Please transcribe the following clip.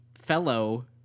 fellow